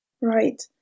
Right